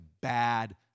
bad